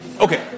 okay